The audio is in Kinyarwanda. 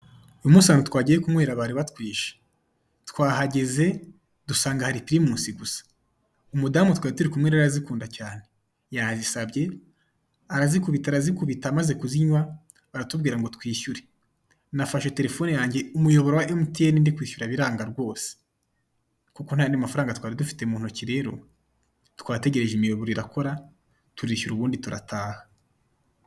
Uyu munsi ahantu twagiye kunywera bari batwishe, twahageze dusanga hari pirimusi(Primus) gusa .Umugore twari turikumwe rero arazikunda cyane yazisabye arazikubita, arazikubita amaze kuzinywa baratubwira ngo n'itwishyure, nafashe telefone yanjye umuyoboro wa MTN ndikwishyura biranga rwose, kuko ntayandi mafaranga twari dufite mu ntoki ,twategereje imiyoboro irakora turishyura ubundi turataha.